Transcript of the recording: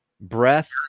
Breath